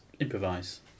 improvise